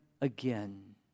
again